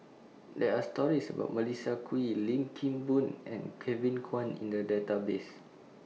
There Are stories about Melissa Kwee Lim Kim Boon and Kevin Kwan in The Database